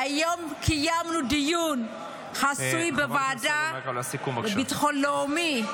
והיום קיימנו דיון חסוי בוועדה לביטחון לאומי.